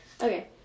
okay